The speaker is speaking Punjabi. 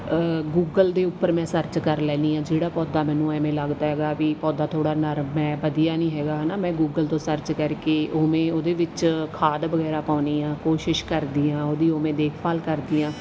ਗੂਗਲ ਦੇ ਉੱਪਰ ਮੈਂ ਸਰਚ ਕਰ ਲੈਂਦੀ ਹਾਂ ਜਿਹੜਾ ਪੌਦਾ ਮੈਨੂੰ ਐਵੇਂ ਲੱਗਦਾ ਹੈਗਾ ਵੀ ਪੌਦਾ ਥੋੜ੍ਹਾ ਨਰਮ ਹੈ ਵਧੀਆ ਨਹੀਂ ਹੈਗਾ ਹੈ ਨਾ ਮੈਂ ਗੂਗਲ ਤੋਂ ਸਰਚ ਕਰਕੇ ਉਵੇਂ ਉਹਦੇ ਵਿੱਚ ਖਾਦ ਵਗੈਰਾ ਪਾਉਂਦੀ ਹਾਂ ਕੋਸ਼ਿਸ਼ ਕਰਦੀ ਹਾਂ ਉਹਦੀ ਉਹ ਮੈਂ ਦੇਖਭਾਲ ਕਰਦੀ ਹਾਂ